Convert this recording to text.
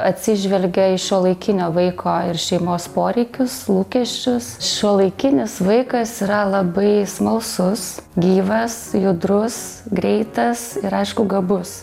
atsižvelgia į šiuolaikinio vaiko ir šeimos poreikius lūkesčius šiuolaikinis vaikas yra labai smalsus gyvas judrus greitas ir aišku gabus